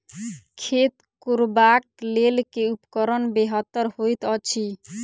खेत कोरबाक लेल केँ उपकरण बेहतर होइत अछि?